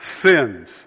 sins